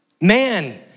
Man